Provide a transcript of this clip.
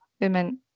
women